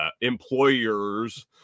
employers